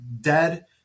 dead